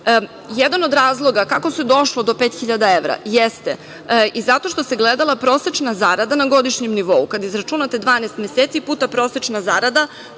jedan od razloga kako se došlo do 5.000 evra jeste i zato što se gledala prosečna zarada na godišnjem nivou. Kad izračunate 12 meseci puta prosečna zarada,